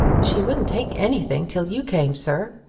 she wouldn't take anything till you came, sir.